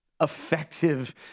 effective